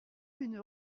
une